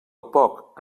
poc